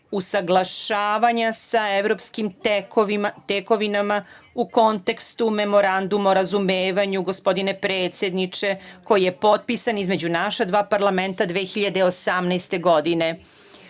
usaglašavanja sa evropskim tekovinama, u kontekstu Memoranduma o razumevanju, gospodine predsedniče, koji je potpisan između naša dva parlamenta 2018.